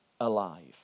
alive